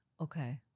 Okay